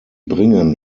bringen